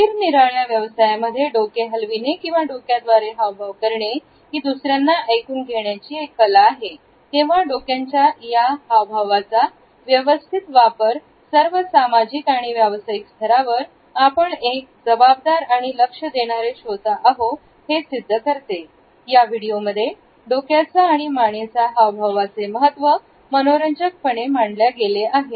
निरनिराळ्या व्यवसायामध्ये डोके हलविणे किंवा डोक्यात द्वारे हावभाव करणे ही दुसऱ्यांना एकूण घेण्याची एक कला आहे तेव्हा डोक्यांच्या हा भावाचा तू व्यवस्थित वापर सर्व सामाजिक आणि व्यावसायिक स्तरावर आपण एक एक जबाबदार आणि लक्ष देणारे श्रोता होता हे सिद्ध करते या व्हिडिओमध्ये डोक्याचा आणि मानेचा हाव भावाचे महत्व मनोरंजक पणे मांडले आहे